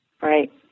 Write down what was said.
Right